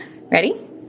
Ready